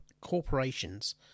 corporations